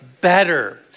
Better